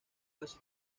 casi